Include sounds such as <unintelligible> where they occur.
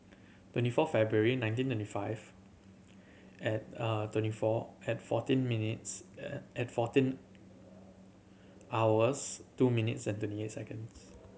twenty four February nineteen ninety five <unintelligible> twenty four and fourteen minutes <unintelligible> fourteen hours two minutes and twenty eight seconds